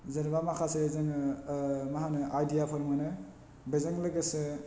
जेनेबा माखासे जोङो माहोनो आइदियाफोर मोनो बेजों लोगोसे